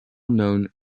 known